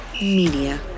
Media